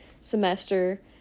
semester